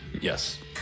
Yes